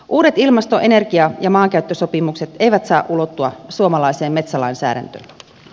uudet ilmasto energia ja maankäyttösopimukset eivät saa ulottua suomalaiseen metsälainsäädäntöön